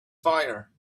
fire